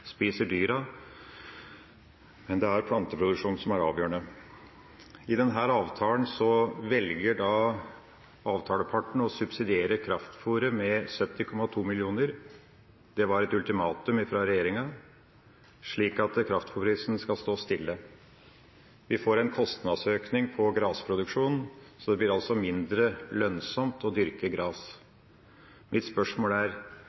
spiser dyra, men det er planteproduksjonen som er avgjørende. I denne avtalen velger avtalepartene å subsidiere kraftfôret med 70,2 mill. kr, det var et ultimatum fra regjeringa, slik at kraftfôrprisen skal stå stille. Vi får en kostnadsøkning på grasproduksjon som gjør det mindre lønnsomt å dyrke gras. Mitt spørsmål er: